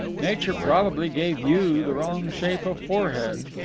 nature probably gave you the wrong shape of forehead.